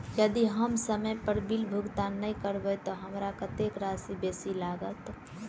यदि हम समय पर बिल भुगतान नै करबै तऽ हमरा कत्तेक राशि बेसी लागत?